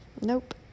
nope